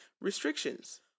restrictions